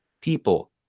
people